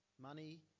money